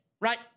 right